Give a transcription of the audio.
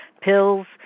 pills